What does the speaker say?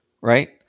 right